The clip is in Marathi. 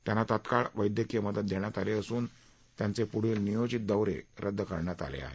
त्यांना तात्काळ वैद्यकीय मदत देण्यात आली असून त्यांचे पुढील नियोजित दौरे रद्द केले आहेत